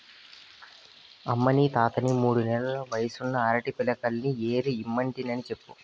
అమ్మనీ తాతని మూడు నెల్ల వయసున్న అరటి పిలకల్ని ఏరి ఇమ్మంటినని చెప్పు